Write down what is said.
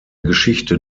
geschichte